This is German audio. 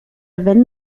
wenn